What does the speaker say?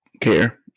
care